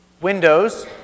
Windows